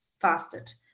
fasted